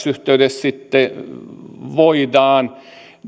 yhteydessä sitten voidaan